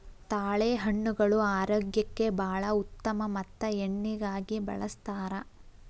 ತಾಳೆಹಣ್ಣುಗಳು ಆರೋಗ್ಯಕ್ಕೆ ಬಾಳ ಉತ್ತಮ ಮತ್ತ ಎಣ್ಣಿಗಾಗಿ ಬಳ್ಸತಾರ